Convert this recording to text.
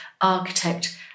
architect